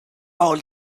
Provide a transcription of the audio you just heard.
hold